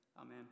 amen